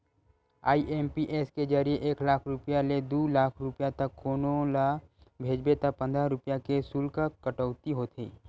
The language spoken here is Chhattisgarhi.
आई.एम.पी.एस के जरिए एक लाख रूपिया ले दू लाख रूपिया तक कोनो ल भेजबे त पंद्रह रूपिया के सुल्क कटउती होथे